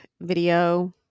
video